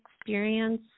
experience